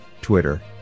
Twitter